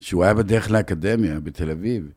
שהוא היה בדרך לאקדמיה בתל אביב.